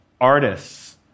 artists